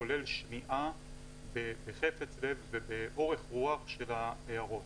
כולל שמיעה בחפץ לב ובאורך רוח של ההערות.